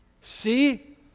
See